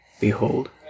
Behold